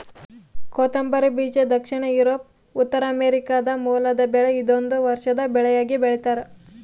ಕೊತ್ತಂಬರಿ ಬೀಜ ದಕ್ಷಿಣ ಯೂರೋಪ್ ಉತ್ತರಾಮೆರಿಕಾದ ಮೂಲದ ಬೆಳೆ ಇದೊಂದು ವರ್ಷದ ಬೆಳೆಯಾಗಿ ಬೆಳ್ತ್ಯಾರ